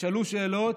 תשאלו שאלות.